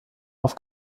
auf